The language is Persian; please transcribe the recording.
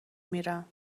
میرم